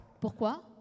Pourquoi